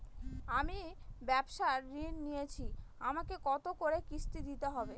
আমি ব্যবসার ঋণ নিয়েছি আমাকে কত করে কিস্তি দিতে হবে?